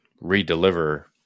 re-deliver